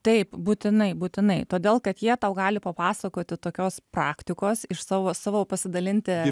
taip būtinai būtinai todėl kad jie tau gali papasakoti tokios praktikos iš savo savo pasidalinti